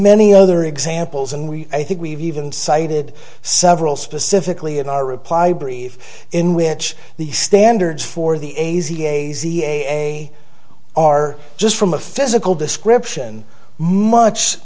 many other examples and we i think we've even cited several specifically in our reply brief in which the standards for the a z a z a are just from a physical description much